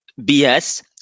bs